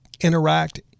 interact